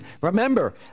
remember